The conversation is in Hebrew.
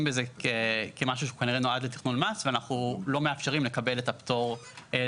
בזה משהו שנועד לתכנון מס ואנחנו לא מאפשרים לקבל את הפטור.